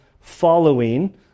following